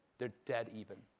they're dead even.